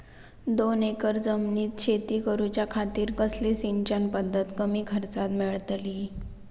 दोन एकर जमिनीत शेती करूच्या खातीर कसली सिंचन पध्दत कमी खर्चात मेलतली?